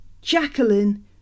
Jacqueline